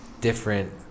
different